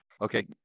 Okay